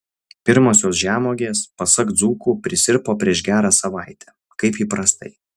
pirmosios žemuogės pasak dzūkų prisirpo prieš gerą savaitę kaip įprastai